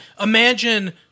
imagine